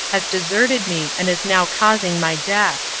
has deserted me and is now causing my death.